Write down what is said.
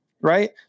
right